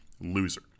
loser